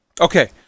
Okay